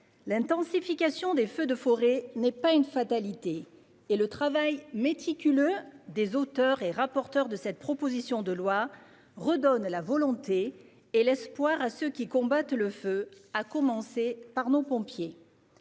L'intensification des feux de forêt n'est pas une fatalité et le travail méticuleux des auteurs et des rapporteurs de cette proposition de loi redonne volonté et espoir à ceux qui combattent le feu, à commencer par nos pompiers.